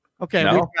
Okay